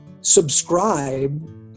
subscribe